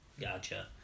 Gotcha